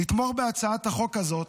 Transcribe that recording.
מבקש ומצפה, לתמוך בהצעת החוק הזאת.